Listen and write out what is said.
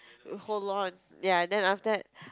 hold on ya then after that